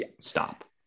Stop